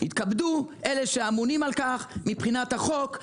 יתכבדו אלה שאמונים על כך מבחינת החוק,